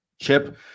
Chip